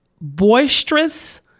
boisterous